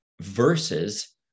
versus